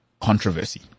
Controversy